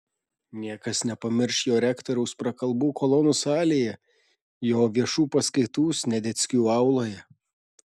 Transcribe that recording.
niekas nepamirš jo rektoriaus prakalbų kolonų salėje jo viešų paskaitų sniadeckių auloje